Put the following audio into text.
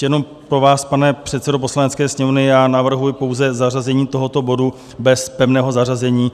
Ještě jenom pro vás, pane předsedo Poslanecké sněmovny, navrhuji pouze zařazení tohoto bodu bez pevného zařazení.